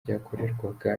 ryakorerwaga